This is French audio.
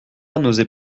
n’osait